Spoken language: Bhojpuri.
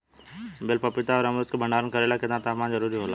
बेल पपीता और अमरुद के भंडारण करेला केतना तापमान जरुरी होला?